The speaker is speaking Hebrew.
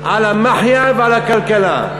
על המחיה ועל הכלכלה.